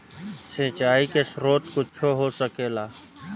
सिंचाइ के स्रोत कुच्छो हो सकेला